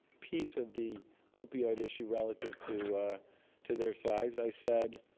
piece of the opioid issue relative to to their size, i said,